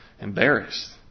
embarrassed